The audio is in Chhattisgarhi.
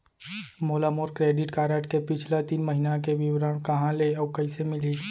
मोला मोर क्रेडिट कारड के पिछला तीन महीना के विवरण कहाँ ले अऊ कइसे मिलही?